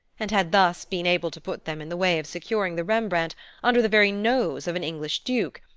and had thus been able to put them in the way of securing the rembrandt under the very nose of an english duke,